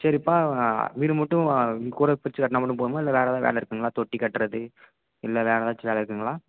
சரி இப்போ வீடு மட்டும் கூரையை பிரித்து கட்டினா மட்டும் போதுமா இல்லை வேறு ஏதாவது வேலை இருக்குதுங்களா தொட்டி கட்டுறது இல்லை வேறு ஏதாச்சும் வேலை இருக்குதுங்களா